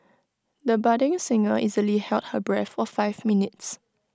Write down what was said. the budding singer easily held her breath for five minutes